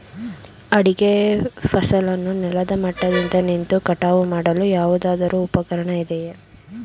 ಅಡಿಕೆ ಫಸಲನ್ನು ನೆಲದ ಮಟ್ಟದಿಂದ ನಿಂತು ಕಟಾವು ಮಾಡಲು ಯಾವುದಾದರು ಉಪಕರಣ ಇದೆಯಾ?